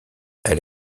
elle